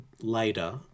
later